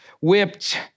whipped